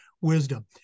Wisdom